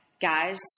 guys